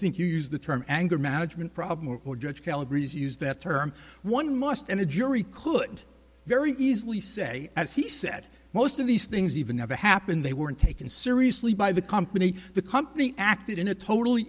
think you use the term anger management problem or judge calibers use that term one must and a jury could very easily say as he said most of these things even never happened they weren't taken seriously by the company the company acted in a totally